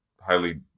highly